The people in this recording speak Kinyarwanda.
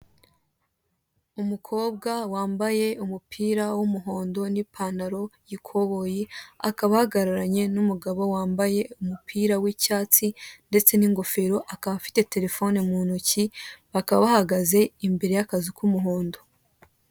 Umukobwa wambaye umupira w'umuhondo n'ipantaro y'ikoboyi, akaba ahagararanye n'umugabo wambaye umupira w'icyatsi ndetse n'ingofero akaba afite telefone mu ntoki, bakaba bahagaze imbere y'akazu k'umuhondo.